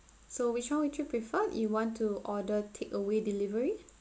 so which one would you prefer you want to order takeaway delivery